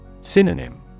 Synonym